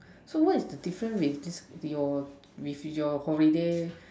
so what is the difference with the are with your with your holiday